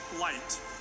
light